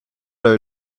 her